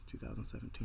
2017